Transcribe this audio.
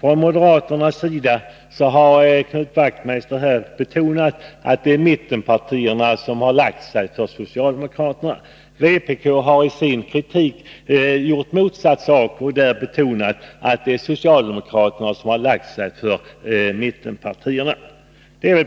För moderaternas del har Knut Wachtmeister betonat att mittenpartierna har lagt sig för socialdemokraterna. Vpk har sin kritik gått motsatt väg och framhållit att socialdemokraterna lagt sig för mittenpartierna. Man gör